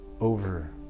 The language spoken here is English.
over